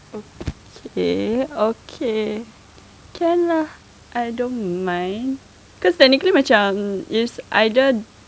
okay okay can lah I don't mind cause technically macam it's either